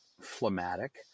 phlegmatic